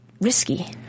risky